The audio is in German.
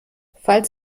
falls